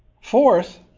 Fourth